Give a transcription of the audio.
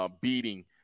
beating